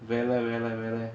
வேலை வேலை வேலை:velai velai velai